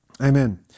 Amen